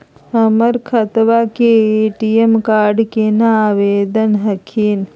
हमर खतवा के ए.टी.एम कार्ड केना आवेदन हखिन?